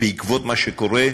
בעקבות מה שקורה,